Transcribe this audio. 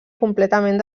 completament